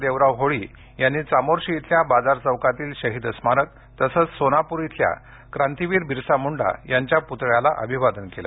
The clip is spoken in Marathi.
देवराव होळी यांनी चामोर्शी येथील बाजार चौकातील शहीद स्मारक तसंच सोनापूर येथील क्रांतिवीर बिरसा मुंडा यांच्या पुतळ्याला अभिवादन केलं